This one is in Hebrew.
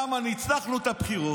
למה ניצחנו את הבחירות,